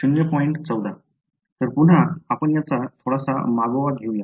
तर पुन्हा आपण याचा थोडासा मागोवा घेऊयात